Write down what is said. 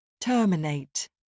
Terminate